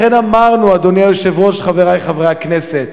לכן אמרנו, אדוני היושב-ראש, חברי חברי הכנסת,